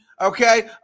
Okay